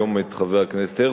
היום את חבר הכנסת הרצוג,